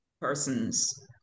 persons